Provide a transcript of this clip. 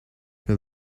her